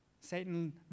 Satan